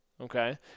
okay